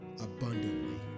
abundantly